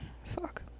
Fuck